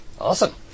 Awesome